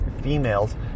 females